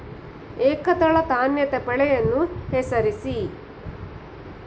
ಏಕದಳ ಧಾನ್ಯದ ಬೆಳೆಗಳನ್ನು ಹೆಸರಿಸಿ?